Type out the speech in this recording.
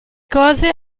cose